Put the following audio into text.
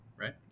right